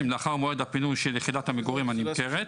לאחר מועד הפינוי של יחידת המגורים הנמכרת.